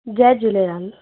Jay Jhulelal